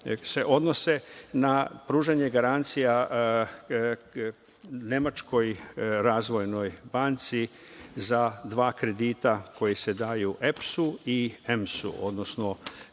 se odnose na pružanje garancija Nemačkoj razvojnoj banci za dva kredita koja se daju EPS i EMS, odnosno